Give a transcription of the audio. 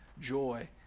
joy